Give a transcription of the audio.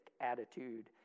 attitude